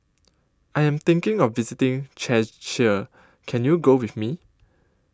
I Am thinking of visiting Czechia Can YOU Go with Me